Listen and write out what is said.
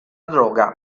droga